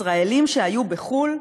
ישראלים שהיו בחו"ל,